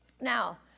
Now